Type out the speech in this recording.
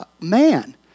man